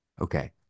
Okay